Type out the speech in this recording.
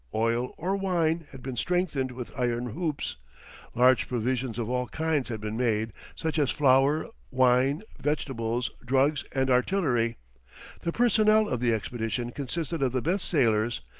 oil, or wine had been strengthened with iron hoops large provisions of all kinds had been made, such as flour, wine, vegetables, drugs, and artillery the personnel of the expedition consisted of the best sailors,